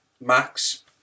Max